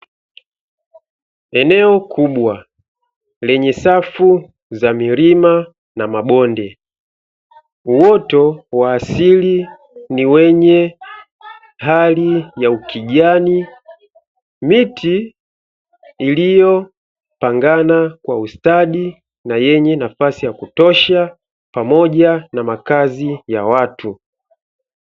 Eneo kubwa lenye safu za milima na mabonde, uoto wa asili ni wenye hali ya ukijani miti iliyo pangana kwa ustadi na yenye nafasi ya kutosha, pamoja na makazi ya watu.